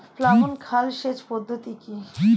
প্লাবন খাল সেচ পদ্ধতি কি?